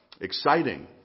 exciting